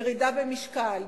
ירידה במשקל,